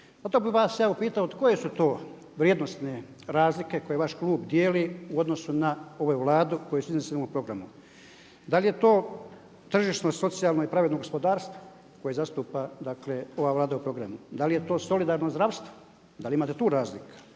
to bi vas ja upitao koje su to vrijednosne razlike koje vaš klub dijeli u odnosu na ovu Vladu koje su iznesene u ovom programu? Da li je to tržišno, socijalno i pravedno gospodarstvo koje zastupa dakle ova Vlada u programu? Da li je to solidarno zdravstvo, da li imate tu razlika?